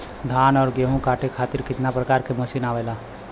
धान और गेहूँ कांटे खातीर कितना प्रकार के मशीन आवेला?